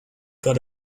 got